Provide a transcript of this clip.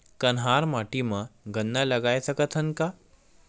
कन्हार माटी म गन्ना लगय सकथ न का?